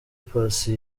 paccy